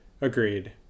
agreed